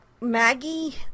Maggie